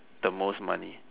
the most money